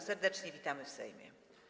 Serdecznie witamy w Sejmie.